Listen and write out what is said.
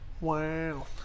Wow